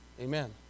Amen